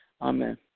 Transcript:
Amen